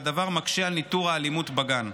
והדבר מקשה על ניטור האלימות בגן.